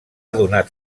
donat